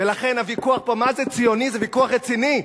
ולכן, הוויכוח פה מה זה ציוני זה ויכוח רציני,